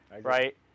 Right